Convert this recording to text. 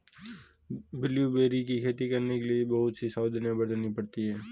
blueberry की खेती करने के लिए बहुत सी सावधानियां बरतनी पड़ती है